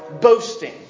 boasting